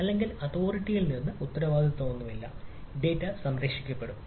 അല്ലെങ്കിൽ അതോറിറ്റിയിൽ നിന്ന് ഉത്തരവാദിത്തമൊന്നുമില്ല ഡാറ്റ സംരക്ഷിക്കപ്പെടും